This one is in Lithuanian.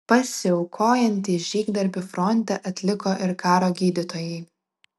pasiaukojantį žygdarbį fronte atliko ir karo gydytojai